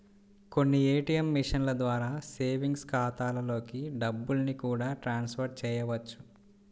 కొన్ని ఏ.టీ.యం మిషన్ల ద్వారా సేవింగ్స్ ఖాతాలలోకి డబ్బుల్ని కూడా ట్రాన్స్ ఫర్ చేయవచ్చు